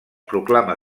proclama